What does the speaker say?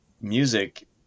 music